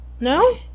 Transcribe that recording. No